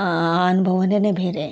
ಆ ಅನುಭವಾನೇ ಬೇರೆ